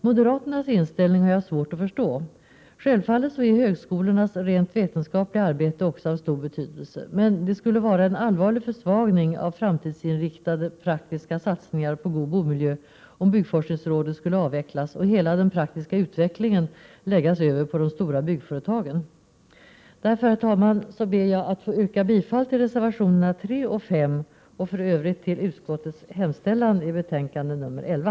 Moderaternas inställning har jag svårt att förstå. Självfallet är högskolornas rent vetenskapliga arbete också av stor betydelse. Men det skulle vara en allvarlig försvagning av de framtidsinriktade, praktiska satsningarna på god bomiljö om byggforskningsrådet skulle avvecklas och hela den praktiska utvecklingen läggas över på de stora byggföretagen. Därför, herr talman, ber jag att få yrka bifall till reservationerna 3 och 5 och i övrigt till utskottets hemställan i betänkande 11.